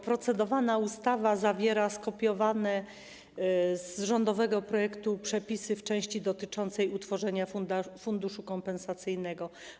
Procedowana ustawa zawiera skopiowane z rządowego projektu przepisy w części dotyczącej utworzenia funduszu kompensacyjnego.